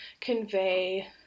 convey